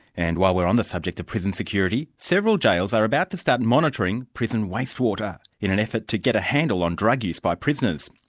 and while we're on the subject of prison security, several jails are about to start monitoring prison wastewater, in an effort to get a handle on drug use by prisoners.